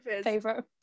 favorite